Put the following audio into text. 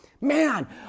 Man